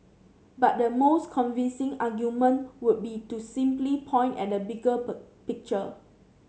but the most convincing argument would be to simply point at the bigger picture